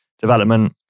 development